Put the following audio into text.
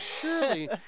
surely